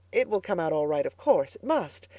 it will come out all right of course. it must.